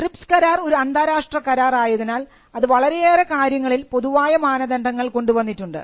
TRIPS കരാർ ഒരു അന്താരാഷ്ട്ര കരാർ ആയതിനാൽ അത് വളരെയേറെ കാര്യങ്ങളിൽ പൊതുവായ മാനദണ്ഡങ്ങൾ കൊണ്ടുവന്നിട്ടുണ്ട്